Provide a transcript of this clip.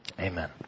Amen